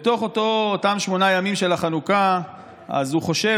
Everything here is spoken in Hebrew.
בתוך אותם שמונה ימים של חנוכה הוא חושב